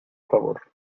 favor